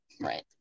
right